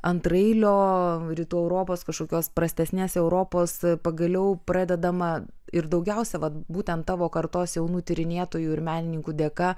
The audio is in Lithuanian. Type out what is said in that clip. antraeilio rytų europos kažkokios prastesnės europos pagaliau pradedama ir daugiausia vat būtent tavo kartos jaunų tyrinėtojų ir menininkų dėka